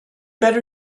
better